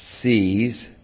sees